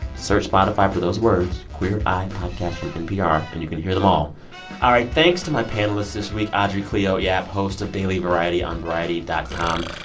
search spotify for those words queer eye podcast from npr and you can hear them all all right. thanks to my panelists this week audrey cleo yap, host of daily variety on variety dot com,